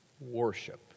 worship